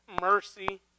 mercy